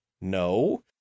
No